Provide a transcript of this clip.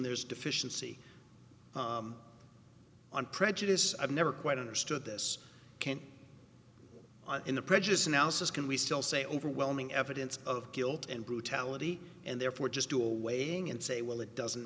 there's deficiency and prejudice i've never quite understood this can't in the prejudice analysis can we still say overwhelming evidence of guilt and brutality and therefore just do a waiting and say well it doesn't